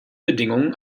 bedingungen